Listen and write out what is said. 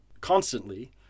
constantly